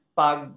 pag